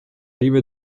rive